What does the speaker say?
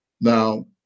Now